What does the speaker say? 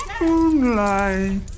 moonlight